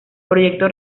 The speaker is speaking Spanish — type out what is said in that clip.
proyecto